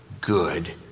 good